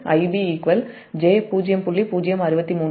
063 ஆகும்